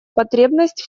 потребность